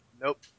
Nope